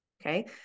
okay